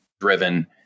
driven